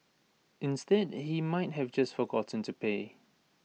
instead he might have just forgotten to pay